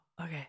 okay